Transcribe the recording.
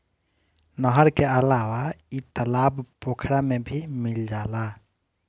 नहर के अलावा इ तालाब पोखरा में भी मिल जाला